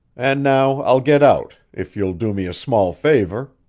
and now, i'll get out if you'll do me a small favor.